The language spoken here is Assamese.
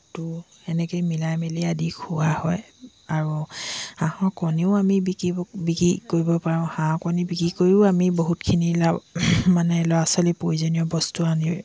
তুঁহ এনেকৈ মিলাই মেলি আদি খোৱা হয় আৰু হাঁহৰ কণীও আমি বিকিব বিক্ৰী কৰিব পাৰোঁ হাঁহ কণী বিক্ৰী কৰিও আমি বহুতখিনি লাভ মানে ল'ৰা ছোৱালীৰ প্ৰয়োজনীয় বস্তু আনি